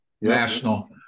national